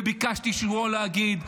וביקשתי את אישורו להגיד,